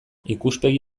ikuspegi